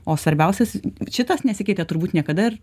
o svarbiausias šitas nesikeitė turbūt niekada